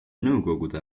nõukogude